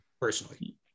personally